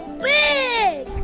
big